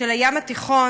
של הים התיכון,